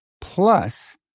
plus